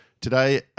Today